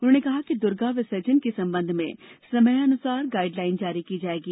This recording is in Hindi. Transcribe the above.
उन्होंने कहा कि दुर्गा विसर्जन के संबंध में समयानुसार गाइड लाइन जारी की जाएगी